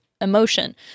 emotion